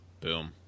Boom